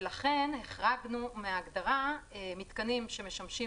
ולכן החרגנו מההגדרה מתקנים שמשמשים